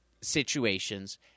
situations